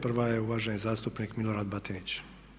Prva je uvaženi zastupnik Milorad Batinić.